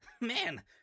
Man